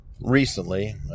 recently